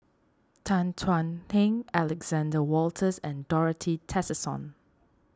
Tan Thuan Heng Alexander Wolters and Dorothy Tessensohn